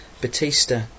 Batista